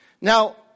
Now